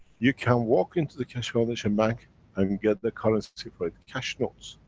you can walk into the keshe foundation bank and get the currency for it, cash notes.